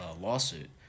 lawsuit